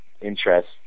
interest